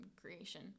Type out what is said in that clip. creation